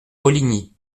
poligny